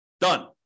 Done